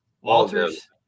Walters